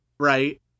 right